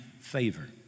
favor